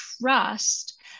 trust